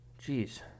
Jeez